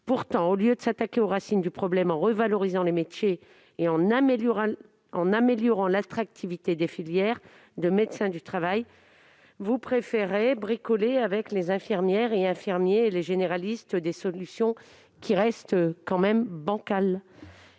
Pourtant, au lieu de vous attaquer aux racines du problème en revalorisant les métiers et en améliorant l'attractivité des filières de médecins du travail, vous préférez bricoler avec les infirmiers et les généralistes des solutions tout de même assez bancales.